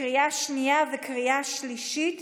קריאה שנייה וקריאה שלישית,